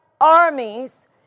armies